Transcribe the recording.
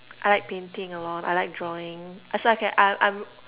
I like painting a lot I like drawing actual~ I can I I would